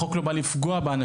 החוק לא בא לפגוע באנשים.